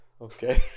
Okay